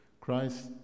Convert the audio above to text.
Christ